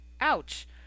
Ouch